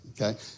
okay